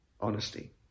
honesty